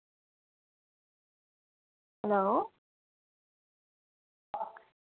hello